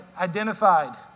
identified